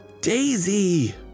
Daisy